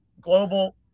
global